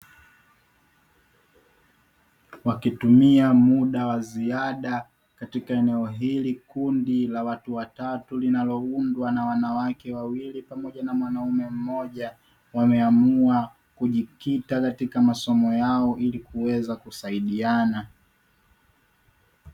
Wakitumia muda wa ziada katika eneo hili, kundi la watu watatu linaloundwa na wanawake wawili pamoja na mwanaume mmoja wameamua kujikita katika masomo yao ilikuweza kusaidiana.